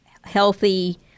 healthy